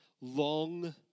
long